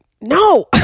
no